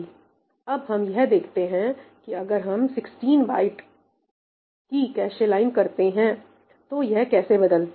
अब हम यह देखते हैं कि अगर हम 16 बाइट byte का की कैशे लाइन करते हैं तो यह कैसे बदलती है